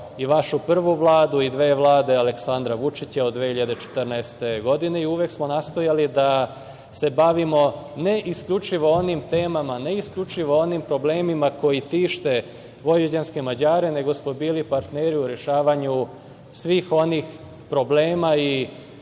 i vašu prvu Vladu i dve vlade Aleksandra Vučića od 2014. godine i uvek smo nastojali da se bavimo ne isključivo onim temama, ne isključivo onim problemima koji tište vojvođanske Mađare nego smo bili partneri u rešavanju svih onih problema i